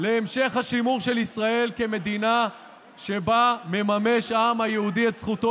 להמשך השימור של ישראל כמדינה שבה מממש העם היהודי את זכותו